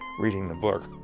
reading the book.